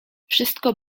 wszystko